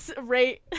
rate